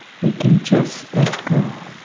we can just let go.